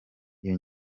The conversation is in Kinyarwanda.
iyi